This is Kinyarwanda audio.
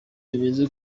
bimeze